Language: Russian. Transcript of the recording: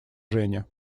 женя